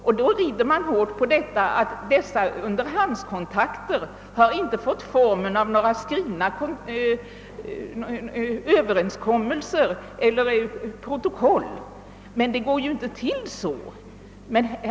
Man rider nu hårt på att dessa underhandskontakter inte fått formen av skrivna överenskommelser eller protokoll, men det går ju inte till så.